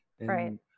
Right